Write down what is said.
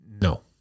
No